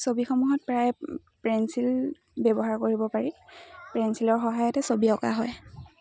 ছবিসমূহত প্ৰায় পেঞ্চিল ব্যৱহাৰ কৰিব পাৰি পেঞ্চিলৰ সহায়তে ছবি অঁকা হয়